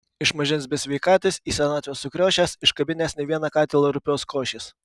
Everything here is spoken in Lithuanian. iš mažens besveikatis į senatvę sukriošęs iškabinęs ne vieną katilą rupios košės